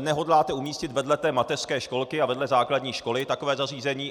nehodláte umístit vedle té mateřské školky a vedle základní školy, takové zařízení.